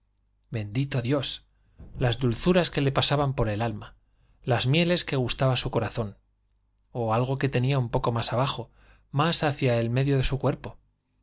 bendito dios las dulzuras que le pasaban por el alma las mieles que gustaba su corazón o algo que tenía un poco más abajo más hacia el medio de su cuerpo